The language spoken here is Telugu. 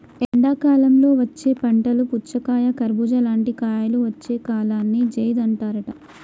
ఎండాకాలంలో వచ్చే పంటలు పుచ్చకాయ కర్బుజా లాంటి కాయలు వచ్చే కాలాన్ని జైద్ అంటారట